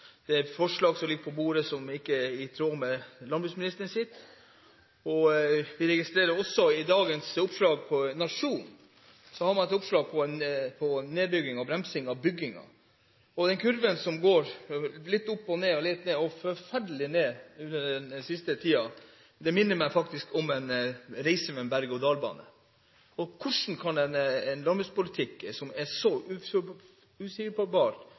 det er et forslag som ligger på bordet, som ikke er i tråd med landbruksministerens. Vi registrerer også at man i dagens utgave av Nationen har et oppslag om nedbygging og bremsing av byggingen. Den kurven, som går litt opp og ned – forferdelig mye ned den siste tiden – minner meg faktisk om en reise med berg-og-dal-banen. Hvordan kan en landbrukspolitikk som er så